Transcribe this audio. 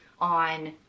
on